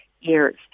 years